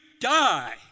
die